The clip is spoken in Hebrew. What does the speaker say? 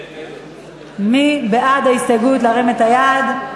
מי בעד ההסתייגויות, להרים את היד.